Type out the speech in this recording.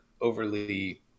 overly